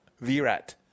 Virat